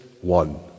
one